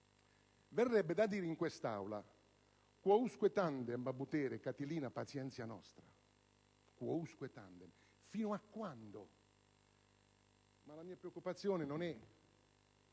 verrebbe da citare anche in quest'Aula: «*Quousque tandem abutere, Catilina, patientia nostra*?». Fino a quando? Ma la mia preoccupazione non è